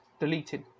deleted